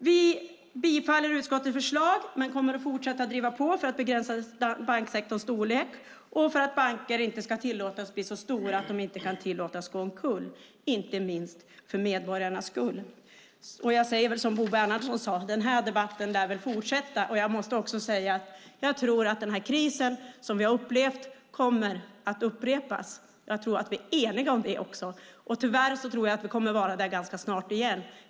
Vi bifaller utskottets förslag men kommer att fortsätta driva på för att begränsa banksektorns storlek och för att banker inte ska tillåtas bli så stora att de inte kan tillåtas gå omkull, inte minst för medborgarnas skull. Jag säger som Bo Bernhardsson sade: Den här debatten lär fortsätta. Jag måste också säga att jag tror att den här krisen som vi har upplevt kommer att upprepas. Jag tror att vi är eniga om det, och tyvärr tror jag att vi kommer att vara där ganska snart igen.